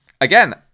again